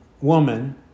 woman